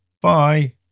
Bye